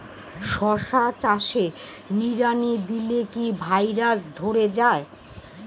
শশা চাষে নিড়ানি দিলে কি ভাইরাস ধরে যায়?